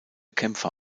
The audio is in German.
kämpfer